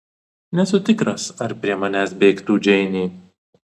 nesu tikras ar prie manęs bėgtų džeinė